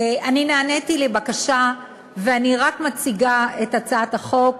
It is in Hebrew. אני נעניתי לבקשה ואני רק מציגה את הצעת החוק,